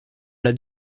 l’a